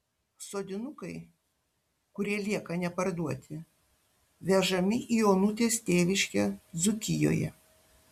sodinukai kurie lieka neparduoti vežami į onutės tėviškę dzūkijoje